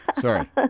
Sorry